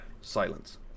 Silence